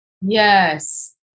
Yes